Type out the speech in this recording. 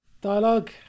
Dialogue